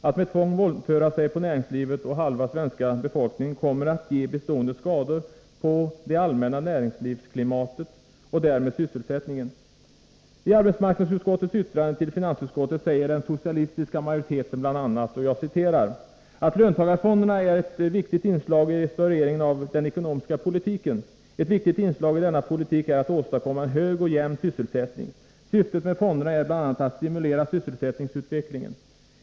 Att med tvång våldföra sig på näringslivet och halva svenska befolkningen kommer att ge bestående skador på det allmänna näringslivsklimatet och därmed sysselsättningen. I arbetsmarknadsutskottets yttrande till finansutskottet säger den socialistiska majoriteten bl.a. ”att löntagarfonderna är ett viktigt inslag i restaureringen av den ekonomiska politiken. Ett viktigt inslag i denna politik är att åstadkomma en hög och jämn sysselsättning. Syftet med fonderna är bl.a. att stimulera sysselsättningsutvecklingen.